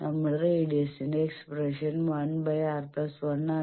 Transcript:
നമ്മുടെ റേഡിയസിന്റെ expression 1R 1 ആണ്